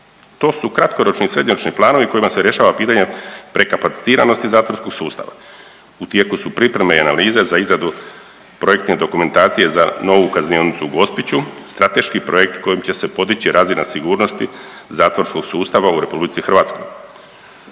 To su kratkoročni i srednjoročni planovi kojima se rješava pitanje prekapacitiranosti zatvorskog sustava. U tijeku su pripreme i analize za izradu projektne dokumentacije za novu Kaznionicu u Gospiću, strateški projekt kojim će se podići razina sigurnosti zatvorskog sustava u RH. Ova